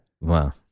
Wow